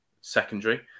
secondary